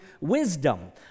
wisdom